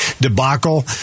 debacle